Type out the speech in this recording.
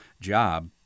job